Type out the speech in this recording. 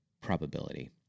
probability